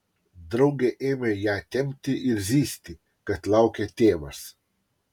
draugė ėmė ją tempti ir zyzti kad laukia tėvas